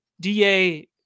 DA